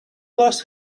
lost